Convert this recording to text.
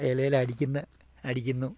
ഇലയിൽ അടിക്കുന്ന അടിക്കുന്നു